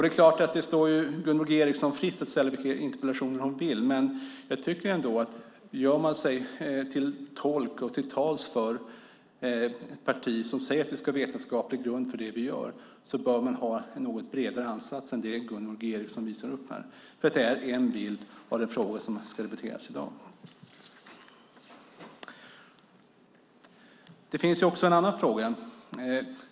Det är klart att det står Gunvor G Ericson fritt att ställa vilka interpellationer hon vill, men jag tycker ändå att den som gör sig till tolk för ett parti som säger att man ska ha en vetenskaplig grund för det man gör bör ha en något bredare ansats än Gunvor G Ericson visar upp här, för det är en bild av den fråga som ska debatteras i dag. Det finns också en annan fråga.